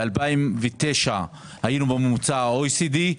ב-2009 היינו בממוצע ה-OECD,